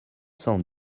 cent